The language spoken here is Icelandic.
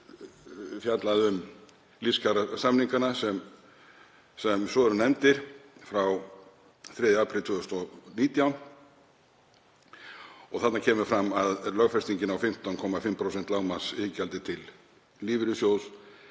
fjallað um lífskjarasamningana, sem svo eru nefndir, frá 3. apríl 2019. Þar kemur fram að lögfestingin á 15,5% lágmarksiðgjaldi til lífeyrissjóðs